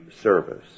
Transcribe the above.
service